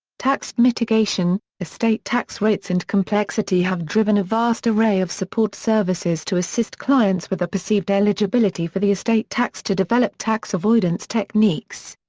tax mitigation estate tax rates and complexity have driven a vast array of support services to assist clients with a perceived eligibility for the estate tax to develop tax avoidance techniques.